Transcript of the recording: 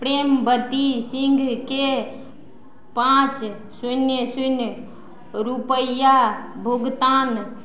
प्रेमवती सिंहकेँ पाँच शून्य शून्य रुपैआ भुगतान